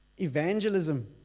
evangelism